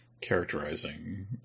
characterizing